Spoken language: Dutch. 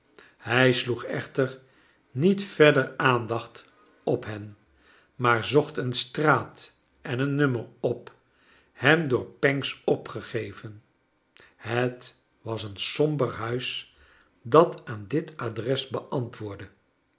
hij sloeg echter niet verder aandacht op hen maar zocht een straat en nummer op hem door pancks opgegeven het was esn somber huis dat aan dit adres beantwoordde